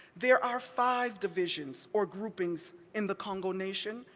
there are five divisions or groupings in the kongo nation.